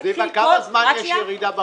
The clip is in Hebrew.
זיוה, כמה זמן יש ירידה ברכש?